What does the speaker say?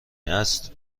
است